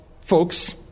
folks